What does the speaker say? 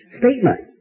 statement